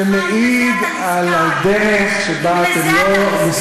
זה מעיד על הדרך שבה אתם לא,